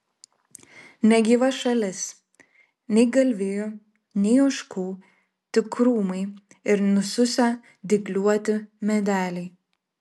negyva šalis nei galvijų nei ožkų tik krūmai ir nususę dygliuoti medeliai